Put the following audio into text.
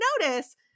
notice